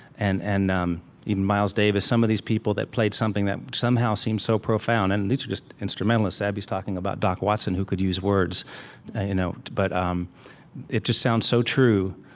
and and um even miles davis, some of these people that played something that somehow seemed so profound. and these were just instrumentalists. abby's talking about doc watson, who could use words you know but um it just sounds so true,